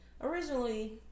originally